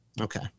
Okay